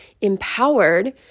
empowered